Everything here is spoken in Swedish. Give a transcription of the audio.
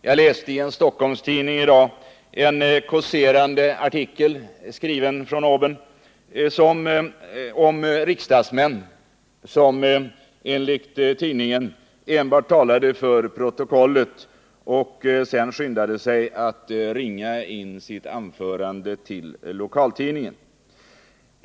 Jag läste i dag i en Stockholmstidning en kåserande artikel, skriven von oben, om riksdagsmän som, enligt tidningen, enbart talade för protokollet och sedan skyndade sig att ringa in anförandena till lokaltidningarna.